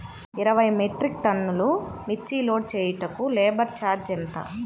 ఇరవై మెట్రిక్ టన్నులు మిర్చి లోడ్ చేయుటకు లేబర్ ఛార్జ్ ఎంత?